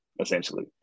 Essentially